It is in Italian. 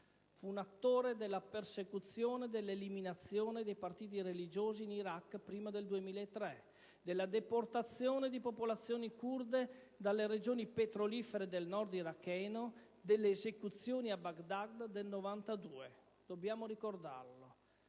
fu un attore della persecuzione e dell'eliminazione dei partiti religiosi in Iraq prima del 2003, della deportazione di popolazioni curde dalle regioni petrolifere del nord iracheno e delle esecuzioni a Baghdad del 1992. Difese anche